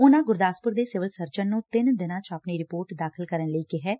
ਉਨੂਾ ਗੁਰਦਾਸਪੁਰ ਦੇ civil surgeon ਨੂੰ ਤਿੰਨ ਦਿਨਾਂ ਚ ਆਪਣੀ ਰਿਪੋਰਟ ਦਾਖ਼ਲ ਕਰਨ ਲਈ ਕਿਹੈ